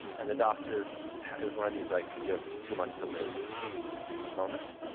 and the doctor it was one of these like, you have two months to live moments.